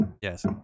Yes